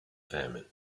famine